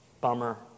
bummer